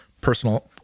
personal